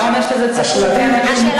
אבל אתה אומר שזה צפוף באנשים.